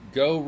go